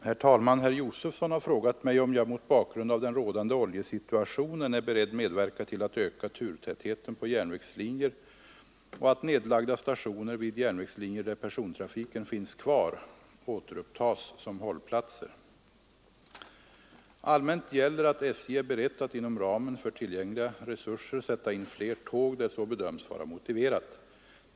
Herr talman! Herr Josefson har frågat mig om jag mot bakgrund av den rådande oljesituationen är beredd medverka till att öka turtätheten på järnvägslinjer och att nedlagda stationer vid järnvägslinjer, där persontrafiken finns kvar, återupptas som hållplatser. Allmänt gäller att SJ är berett att inom ramen för tillgängliga resurser sätta in fler tåg där så bedöms vara motiverat.